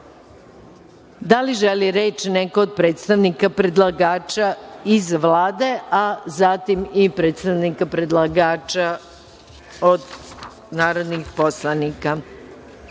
li želi reč neko od predstavnika predlagača iz Vlade, a zatim i predstavnika predlagača od narodnih poslanika?